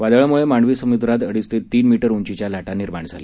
वादळामुळे मांडवी समुद्रात अडीच ते तीन मीटर उंचीच्या लाटा निर्माण झाल्या